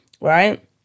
right